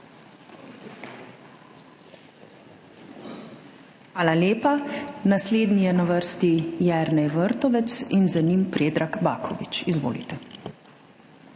Hvala lepa. Naslednji je na vrsti Jernej Vrtovec in za njim Predrag Baković. Izvolite.